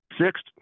Sixth